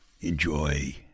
enjoy